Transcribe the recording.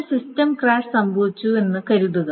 ഒരു system crash സംഭവിച്ചുവെന്ന് കരുതുക